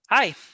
Hi